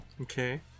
Okay